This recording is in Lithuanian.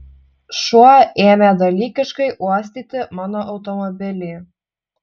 šuo ėmė dalykiškai uostyti mano automobilį